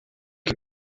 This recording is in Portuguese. que